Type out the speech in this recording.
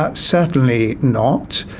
ah certainly not.